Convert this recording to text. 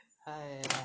!haiya!